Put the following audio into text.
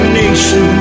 nation